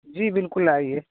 جی بالکل آئیے